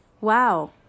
wow